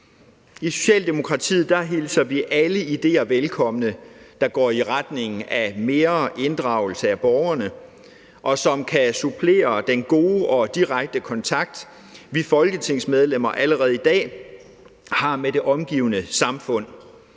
I Socialdemokratiet hilser vi alle ideer velkommen, der går i retning af mere inddragelse af borgerne, og som kan supplere den gode og direkte kontakt, vi folketingsmedlemmer allerede i dag har med det omgivende samfund.